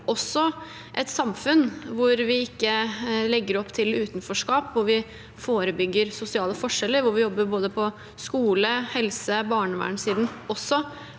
også et samfunn hvor vi ikke legger opp til utenforskap, hvor vi forebygger sosiale forskjeller, og hvor vi jobber på skole-, helse- og barnevernssiden